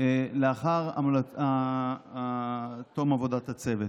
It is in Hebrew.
לאחר תום עבודת הצוות.